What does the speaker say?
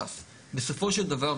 בסופו של דבר,